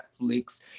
Netflix